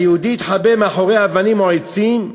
היהודי יתחבא מאחורי אבנים או עצים,